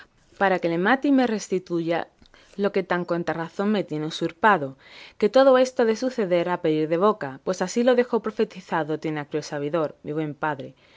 para que le mate y me restituya lo que tan contra razón me tiene usurpado que todo esto ha de suceder a pedir de boca pues así lo dejó profetizado tinacrio el sabidor mi buen padre